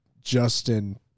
Justin